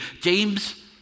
James